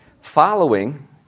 Following